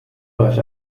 läuft